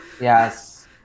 yes